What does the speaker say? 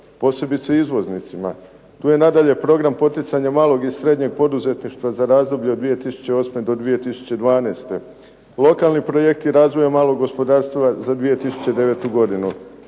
posebice izvoznicima. Tu je nadalje program poticanja malog i srednjeg poduzetništva za razdoblje od 2008. do 2012. Lokalni projekti razvoja malog gospodarstva za 2009. godinu.